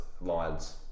lines